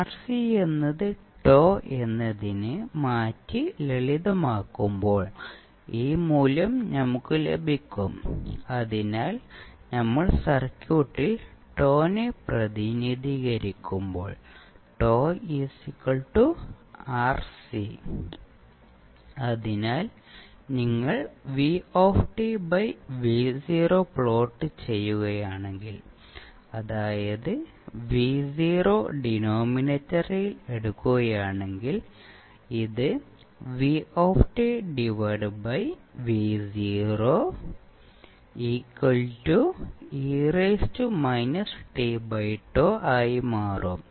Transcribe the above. RC എന്നത് τ എന്നതിന് മാറ്റി ലളിതമാക്കുമ്പോൾ ഈ മൂല്യം നമുക്ക് ലഭിക്കും അതിനാൽ നമ്മൾ സർക്യൂട്ടിൽ τ നെ പ്രതിനിധീകരിക്കുമ്പോൾ അതിനാൽ നിങ്ങൾ പ്ലോട്ട് ചെയ്യുകയാണെങ്കിൽ അതായത് ഡിനോമിനേറ്ററിൽ എടുക്കുകയാണെങ്കിൽ ഇത് ആയി മാറും